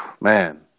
Man